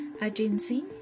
agency